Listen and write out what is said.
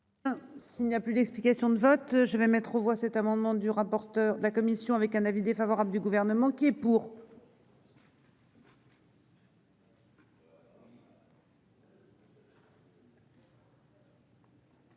S'il n'y a plus d'explications de vote, je vais mettre aux voix cet amendement du rapporteur de la commission avec un avis défavorable du gouvernement qui est pour.--